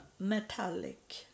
metallic